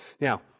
Now